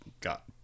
got